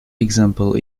example